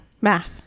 Math